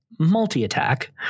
multi-attack